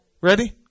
Ready